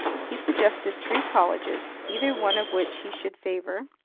he suggested three colleges, either one of which he should favor,